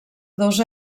dos